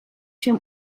čem